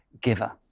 giver